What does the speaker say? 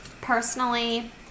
Personally